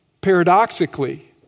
Paradoxically